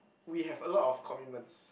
we have a lot of commitments